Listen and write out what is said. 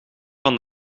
van